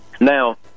Now